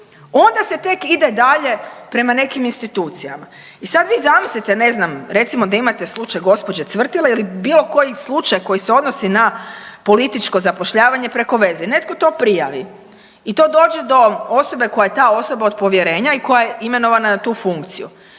onda se tek ide dalje prema nekim institucijama. I sad vi zamislite, ne znam, recimo da imate slučaj gospođe Cvrtila ili bilo koji slučaj koji se odnosi na političko zapošljavanje preko veze i netko to prijavi i to dođe do osobe koja je ta osoba od povjerenja i koja je imenovana na tu funkciju